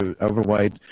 overweight